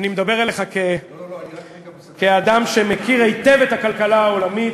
אני מדבר אליך כאדם שמכיר היטב את הכלכלה העולמית,